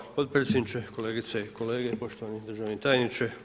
Hvala potpredsjedniče, kolegice i kolege, poštovani državni tajniče.